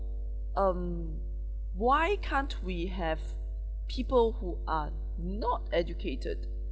um why can't we have people who are not educated